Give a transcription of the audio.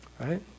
right